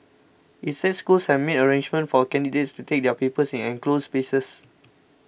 it said schools have made arrangements for candidates to take their papers in enclosed spaces